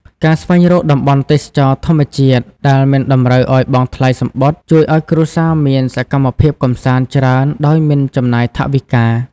ការស្វែងរកតំបន់ទេសចរណ៍ធម្មជាតិដែលមិនតម្រូវឱ្យបង់ថ្លៃសំបុត្រ ជួយឱ្យគ្រួសារមានសកម្មភាពកម្សាន្តច្រើនដោយមិនចំណាយថវិកា។